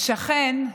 השכן,